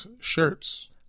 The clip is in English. shirts